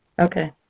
Okay